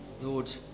Lord